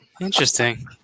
Interesting